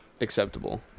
acceptable